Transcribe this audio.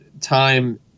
time